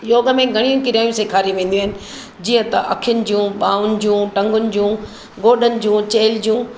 योग में घणई क्रियाऊं सेखारी वेंदियूं आहिनि जीअं त अखियुनि जूं ॿाहुनि जूं टंगुनि जूं गोॾनि जूं चेल जूं